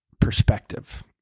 perspective